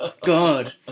God